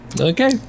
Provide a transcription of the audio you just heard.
okay